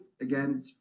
Again